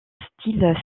style